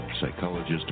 psychologist